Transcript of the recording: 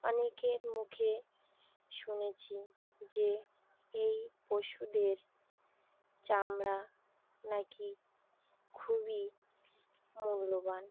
অনেকের মুখে শুনেছি যে এই পশুদের চামড়া নাকি খুবই মূল্যবান